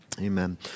Amen